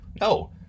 No